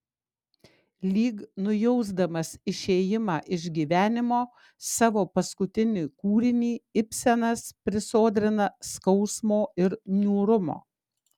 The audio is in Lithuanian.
lyg nujausdamas išėjimą iš gyvenimo savo paskutinį kūrinį ibsenas prisodrina skausmo ir niūrumo